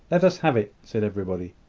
let us have it, said everybody.